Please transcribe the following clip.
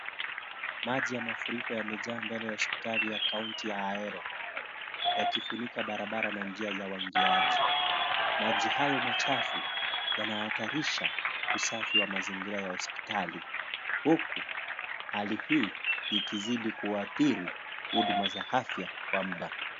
Maji ya mafuriko yamejaa mbele hospitali ya kaunti ya Ahero, yakifunika baraba na njia za waingiaji. Maji hayo machafu yanahatarisha usafi wa mazingira ya hospitali, huku hali hii ikizidi kuadhiriwa huduma za afya kwa muda.